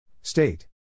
State